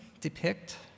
depict